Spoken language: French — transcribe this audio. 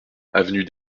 avenue